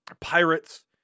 pirates